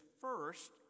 first